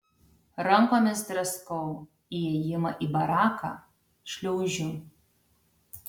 rankomis draskau įėjimą į baraką šliaužiu